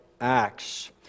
Acts